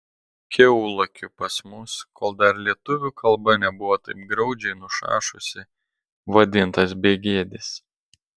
kiaulakiu pas mus kol dar lietuvių kalba nebuvo taip graudžiai nušašusi vadintas begėdis